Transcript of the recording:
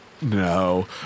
No